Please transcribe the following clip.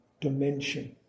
dimension